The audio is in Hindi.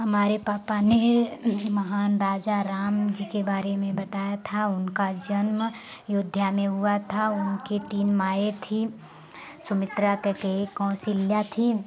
हमारे पापा ने महान राजाराम जी के बारे में बताया था उनका जन्म अयोध्या में हुआ था उनकी तीन माएँ थी सुमित्रा केकयी कौशल्या थी